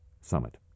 Summit